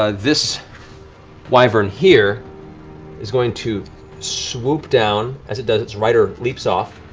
ah this wyvern here is going to swoop down. as it does, its rider leaps off,